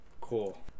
Cool